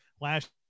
last